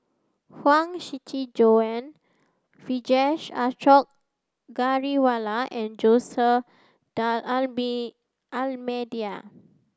Huang Shiqi Joan Vijesh Ashok Ghariwala and Jose Almeida